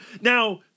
Now